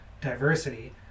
diversity